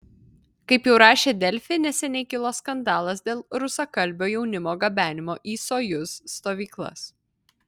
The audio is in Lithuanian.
kaip jau rašė delfi neseniai kilo skandalas dėl rusakalbio jaunimo gabenimo į sojuz stovyklas